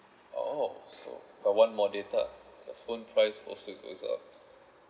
oh so if I want more data phone price also goes up